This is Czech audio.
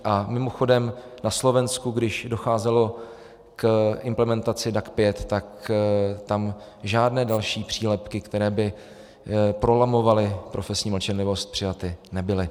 A mimochodem, na Slovensku, když docházelo k implementaci DAC 5, tak tam žádné další přílepky, které by prolamovaly profesní mlčenlivost, přijaty nebyly.